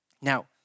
now